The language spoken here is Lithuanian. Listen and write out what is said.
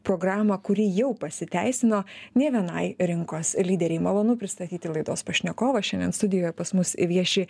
programą kuri jau pasiteisino nei vienai rinkos lyderei malonu pristatyti laidos pašnekovą šiandien studijoje pas mus vieši